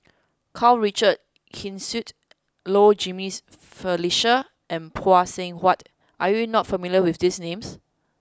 Karl Richard Hanitsch Low Jimenez Felicia and Phay Seng Whatt are you not familiar with these names